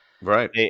Right